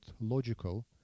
logical